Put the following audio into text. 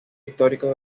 históricos